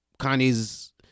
Kanye's